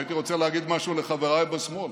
הייתי רוצה לומר משהו לחבריי בשמאל.